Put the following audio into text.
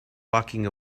locking